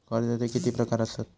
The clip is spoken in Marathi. कर्जाचे किती प्रकार असात?